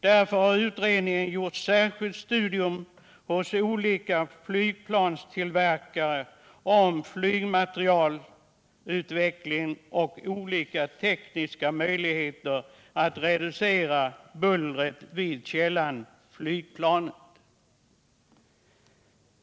Därför har utredningen utfört särskilda studier hos olika flygplanstillverkare om flygmaterielutvecklingen och om olika tekniska möjligheter att reducera bullret vid källan, flygplanet.